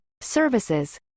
services